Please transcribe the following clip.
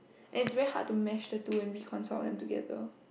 and its very hard to mash the two and reconcile together